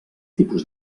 tipus